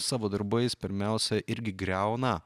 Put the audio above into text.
savo darbais pirmiausia irgi griauna